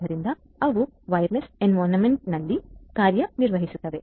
ಆದ್ದರಿಂದ ಅವು ವೈರ್ಲೆಸ್ ಎನ್ವಿರ್ನೋಮೆಂಟ್ನಲ್ಲಿ ಕಾರ್ಯನಿರ್ವಹಿಸುತ್ತವೆ